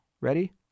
ready